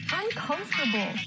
uncomfortable